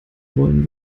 wollen